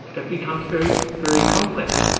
it becomes very, very complex.